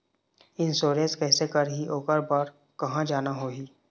Insurance कैसे करही, ओकर बर कहा जाना होही?